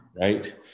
right